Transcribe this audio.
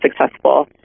successful